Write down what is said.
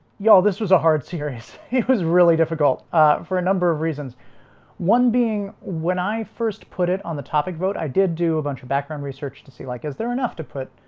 y'all this was a hard series. it was really difficult for a number of reasons one being when i first put it on the topic vote i did do a bunch of background research to see like is there enough to put?